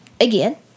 again